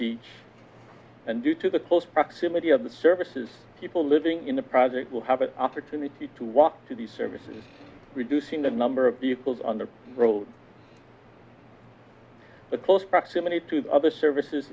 beach and due to the close proximity of the services people living in the project will have an opportunity to walk to the services reducing the number of vehicles on the road but close proximity to other services